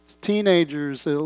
Teenagers